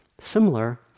Similar